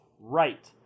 Right